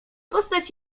postać